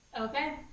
Okay